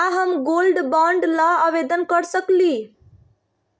का हम gold bond ल आवेदन कर सकली?